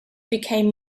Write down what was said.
became